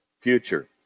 future